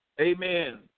amen